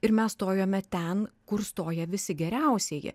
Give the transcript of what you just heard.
ir mes stojome ten kur stoja visi geriausieji